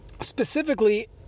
specifically